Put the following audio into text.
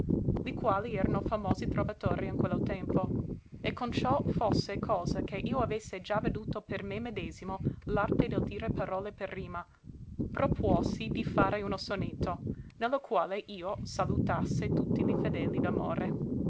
li quali erano famosi trovatori in quello tempo e con ciò fosse cosa che io avesse già veduto per me medesimo l'arte del dire parole per rima propuosi di fare uno sonetto ne lo quale io salutasse tutti li fedeli